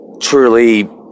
truly